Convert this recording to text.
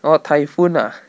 orh typhoon ah